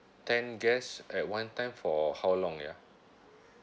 ten guests at one time for how long ya